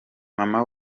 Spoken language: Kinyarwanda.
mama